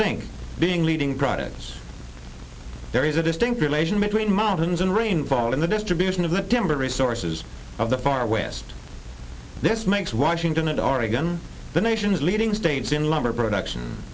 zinc being leading products there is a distinct relation between mountains and rainfall in the distribution of the timber resources of the far west this makes washington and oregon the nation's leading states in lumber production